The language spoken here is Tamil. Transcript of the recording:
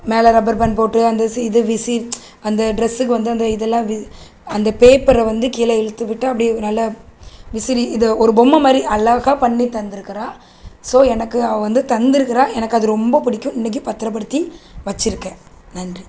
மேலே ரப்பர் பேண்ட் போட்டு அந்த சி இது விசி அந்த ட்ரெஸ்ஸுக்கு வந்து அந்த இதெல்லாம் வி அந்த பேப்பரை வந்து கீழ இழுத்துவிட்டு அப்படி நல்லா விசிறி இதை ஒரு பொம்மைமாரி அழகா பண்ணி தந்துருக்குறா ஸோ எனக்கு அவ வந்து தந்துருக்குறா எனக்கு அது ரொம்ப பிடிக்கும் இன்னைக்கு பத்திரபடுத்தி வச்சுருக்கேன் நன்றி